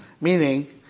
meaning